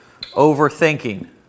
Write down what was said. Overthinking